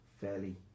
fairly